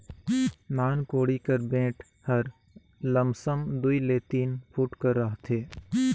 नान कोड़ी कर बेठ हर लमसम दूई ले तीन फुट कर रहथे